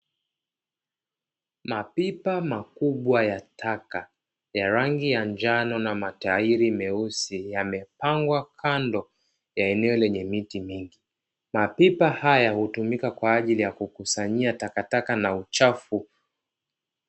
Mapipa makubwa ya taka ya rangi ya njano na matairi meusi yamepangwa kando ya eneo lenye miti mingi, mapipa haya hutumika kwa ajili ya kukusanyia takataka na uchafu.